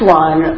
one